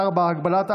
נתקבלה.